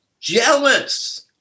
jealous